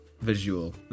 visual